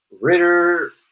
Ritter